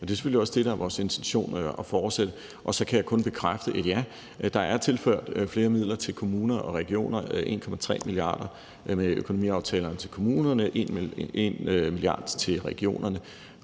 og det er selvfølgelig også vores intention at fortsætte med det. Og så kan jeg kun bekræfte med et ja. Der er tilført flere midler til kommuner og regioner – 1,3 mia. kr. med økonomiaftalerne til kommunerne, 1 mia. kr. til regionerne